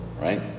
right